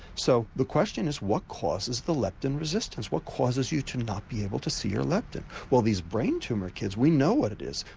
so the question is, what causes the leptin resistance, what causes you to not be able to see your leptin? well these brain tumour kids, we know what it is,